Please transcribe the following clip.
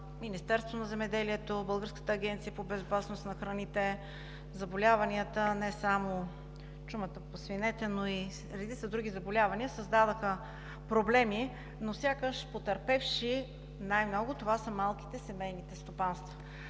Министерството на земеделието, Българската агенция по безопасност на храните. Заболяванията – не само чумата по свинете, но и редица други заболявания създадоха проблеми, но сякаш потърпевши най-много това са малките, семейните стопанства.